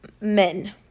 men